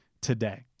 today